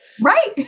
right